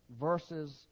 Verses